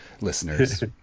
listeners